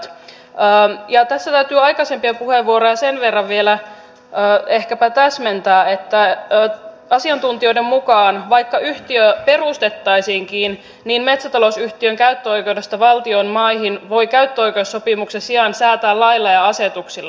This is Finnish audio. tässä täytyy aikaisempia puheenvuoroja sen verran vielä ehkäpä täsmentää että vaikka yhtiö perustettaisiinkin niin asiantuntijoiden mukaan metsätalousyhtiön käyttöoikeudesta valtion maihin voi käyttöoikeussopimuksen sijaan säätää lailla ja asetuksilla